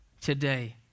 today